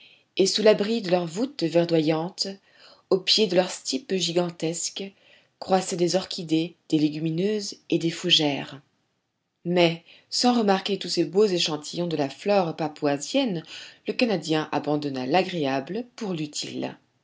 et sous l'abri de leur voûte verdoyante au pied de leur stype gigantesque croissaient des orchidées des légumineuses et des fougères mais sans remarquer tous ces beaux échantillons de la flore papouasienne le canadien abandonna l'agréable pour l'utile